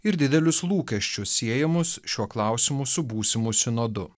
ir didelius lūkesčius siejamus šiuo klausimu su būsimu sinodu